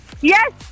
Yes